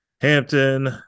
Hampton